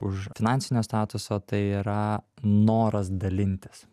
už finansinio statuso tai yra noras dalintis